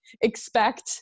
expect